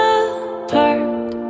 apart